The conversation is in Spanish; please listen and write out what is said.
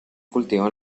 cultivado